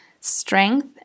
strength